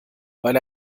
weil